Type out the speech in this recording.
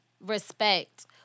respect